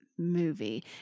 movie